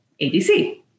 ABC